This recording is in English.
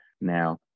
Now